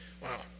Wow